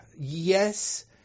yes